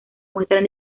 muestran